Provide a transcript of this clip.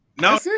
No